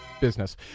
business